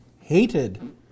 hated